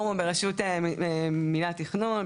המסקנה של הפורום בראשות מינהל התכנון,